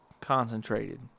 concentrated